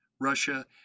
Russia